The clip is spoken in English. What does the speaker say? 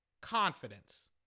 confidence